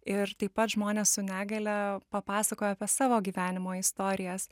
ir taip pat žmonės su negalia papasakojo apie savo gyvenimo istorijas